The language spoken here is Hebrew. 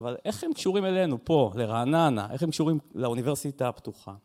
אבל איך הם קשורים אלינו פה, לרעננה, איך הם קשורים לאוניברסיטה הפתוחה?